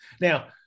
Now